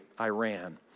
Iran